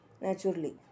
Naturally